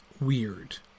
weird